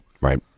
Right